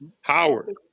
Howard